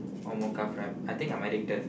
or mocha frap I think I'm addicted